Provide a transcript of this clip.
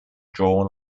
drawn